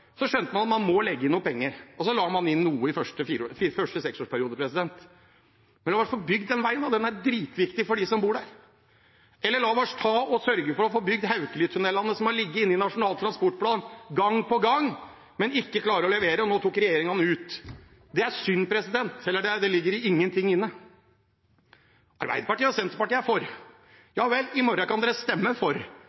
at man må legge inn noe penger. Så la man inn noe i første seksårsperiode. Men vi må få bygd den veien – den er dritviktig for dem som bor der. Eller la oss sørge for at vi får bygd Haukelitunnelen, som har ligget inne i Nasjonal transportplan gang på gang, men man klarer ikke å levere, og nå tok regjeringen den ut – eller det ligger ingenting inne. Det er synd. Arbeiderpartiet og Senterpartiet er for